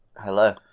Hello